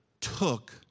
took